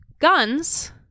guns